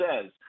says